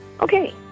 Okay